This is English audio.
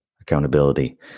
accountability